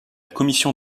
commission